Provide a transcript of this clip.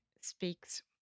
speaks